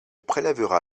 prélèvera